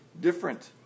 different